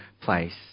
place